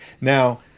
Now